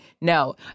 No